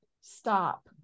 stop